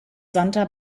santa